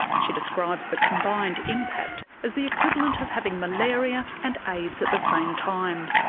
she describes the combined impact as the equivalent of having malaria and aids at the same time.